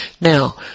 Now